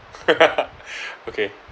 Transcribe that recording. okay